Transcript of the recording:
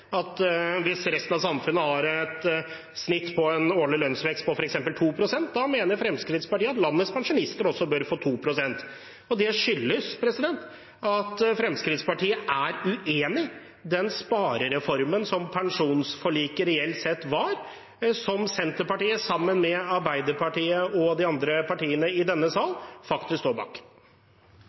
Hvis resten av samfunnet har et snitt på den årlige lønnsveksten på f.eks. 2 pst., mener Fremskrittspartiet at også landets pensjonister bør få 2 pst. Det skyldes at Fremskrittspartiet er uenig i den sparereformen som pensjonsforliket reelt sett var, som Senterpartiet, sammen med Arbeiderpartiet og de andre partiene i denne salen, står bak.